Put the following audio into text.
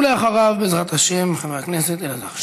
ואחריו, בעזרת השם, חבר הכנסת אלעזר שטרן.